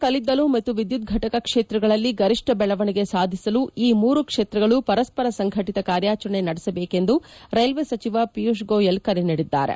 ಕಲ್ಲಿದ್ದಲು ಮತ್ತು ವಿದ್ಯುತ್ ಘಟಕ ಕ್ಷೇತ್ರಗಳಲ್ಲಿ ಗರಿಷ್ಠ ಬೆಳವಣಿಗೆ ಸಾಧಿಸಲು ಈ ಮೂರು ಕ್ಷೇತ್ರಗಳು ಪರಸ್ಪರ ಸಂಘಟಿತ ಕಾರ್ಯಾಚರಣೆ ನಡೆಸಬೇಕು ಎಂದು ರೈಲ್ವೆ ಸಚಿವ ಪಿಯೂಷ್ ಗೋಯಲ್ ಕರೆ ನೀಡಿದ್ದಾರೆ